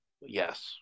yes